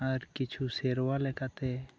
ᱟᱨ ᱠᱤᱪᱷᱩ ᱥᱮᱨᱣᱟ ᱞᱮᱠᱟᱛᱮ